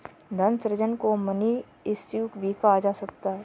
धन सृजन को मनी इश्यू भी कहा जाता है